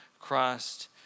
Christ